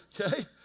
Okay